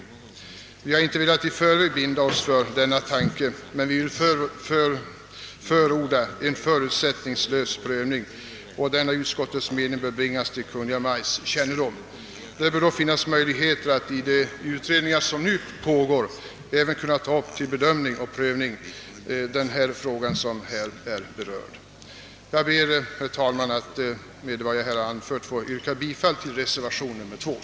Vi har inte velat i förväg binda oss för en sådan lösning, men vi förordar en förutsättningslös prövning. Det bör då finnas möjligheter att i de utred ningar, som nu pågår, även kunna ta upp till bedömning den fråga som här är berörd. Jag ber, herr talman, att med vad jag här anfört få yrka bifall till reservation II.